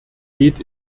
geht